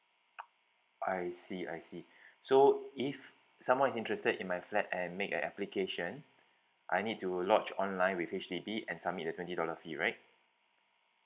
I see I see so if someone is interested in my flat and make an application I need to lodge online with H_D_B and submit the twenty dollar fee right